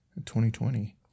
2020